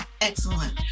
Excellent